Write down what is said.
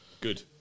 good